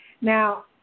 Now